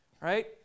right